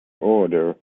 order